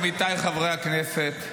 עמיתיי חברי הכנסת,